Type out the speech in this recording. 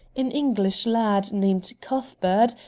an english lad named cuthbert,